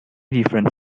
different